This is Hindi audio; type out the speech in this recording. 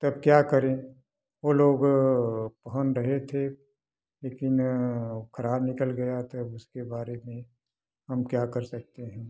तब क्या करें वो लोग पहन रहे थे लेकिन खराब निकल गया तब उसके बारे में हम क्या कर सकते हैं